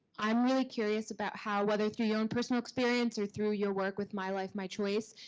i'm really curious about how, whether through your own personal experience or through your work with my life, my choice,